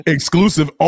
Exclusive